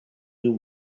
new